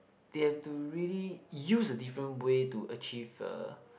they have to really use a different way to achieve uh